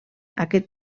aquest